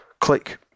click